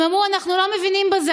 הם אמרו: אנחנו לא מבינים בזה,